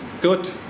good